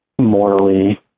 morally